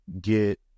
get